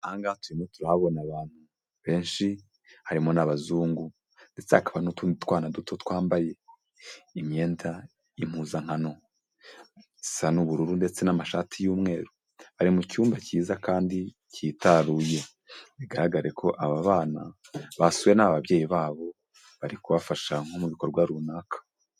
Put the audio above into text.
Aha ngaha turimo turahabona abantu benshi harimo n'abazungu, ndetse hakaba n'utundi twana duto twambaye imyenda y'impuzankano isa n'ubururu ndetse n'amashati y'umweru, bari mu cyumba cyiza kandi cyitaruye. Bigaragare ko aba bana basuwe n'aba babyeyi babo bari kubafasha nko mu bikorwa runaka.